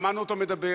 שמענו אותו מדבר.